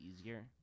easier